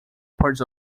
parts